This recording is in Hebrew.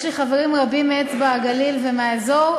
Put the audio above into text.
יש לי חברים רבים מאצבע-הגליל ומהאזור,